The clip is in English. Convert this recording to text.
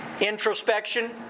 introspection